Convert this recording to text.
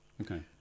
Okay